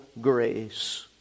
grace